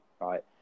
right